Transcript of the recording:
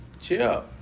Chill